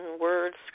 words